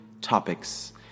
topics